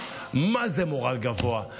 מה זה מורל גבוה,